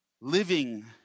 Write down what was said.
living